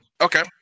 Okay